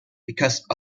because